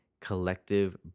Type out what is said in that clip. collective